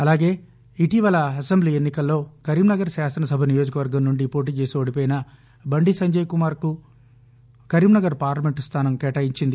అలాగే ఇటీవల అసెంబ్లీ ఎన్నికల్లో కరీంనగర్ శాసనసభ నియోజకవర్గం నుండి పోటీచేసి ఓడిపోయిన బండి సంజయ్కుమార్కు కరీంనగర్ పార్లమెంటు స్లానం కేటాయించింది